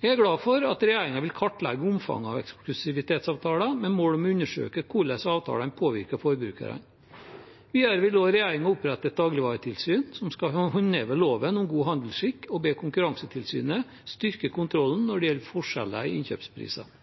Jeg er glad for at regjeringen vil kartlegge omfanget av eksklusivitetsavtaler, med mål om å undersøke hvordan avtalene påvirker forbrukerne. Videre vil regjeringen også opprette et dagligvaretilsyn som skal håndheve loven om god handelsskikk, og ber Konkurransetilsynet styrke kontrollen når det gjelder forskjeller i innkjøpspriser.